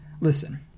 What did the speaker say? Listen